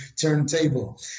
turntable